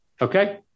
Okay